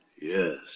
Yes